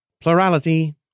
Plurality